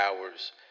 hours